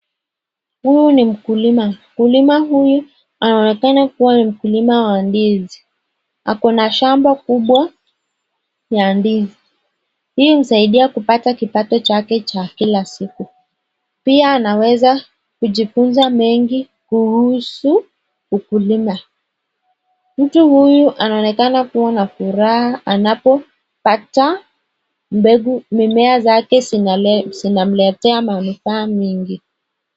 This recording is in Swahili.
Huyu ni mkulima mkulima huyu anaonekana kuwa ni mkulima wa ndizi. Ako na shamba kubwa ya ndizi. Hii husaidia kupata kipato chake cha kila siku. Pia anaweza kujifunza mengi kuhusu ukulima. Mtu huyu anaonekana kuwa na furaha anapopata mimea zake zinamletea manufaa mengi.